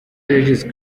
regis